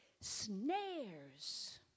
Snares